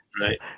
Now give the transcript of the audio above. Right